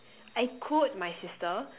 I quote my sister